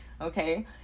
Okay